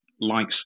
likes